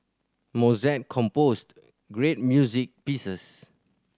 Mozart composed great music pieces